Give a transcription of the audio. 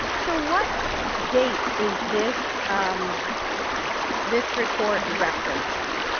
so what date is this um this report referencing?